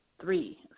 three